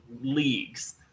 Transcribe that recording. leagues